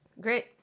Great